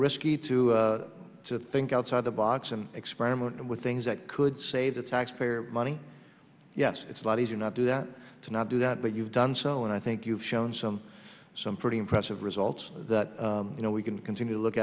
risky to to think outside the box and experiment with things that could save the taxpayer money yes it's a lot easier not do that to not do that but you've done so and i think you've shown some some pretty impressive results that you know we can continue to look